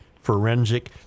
Forensic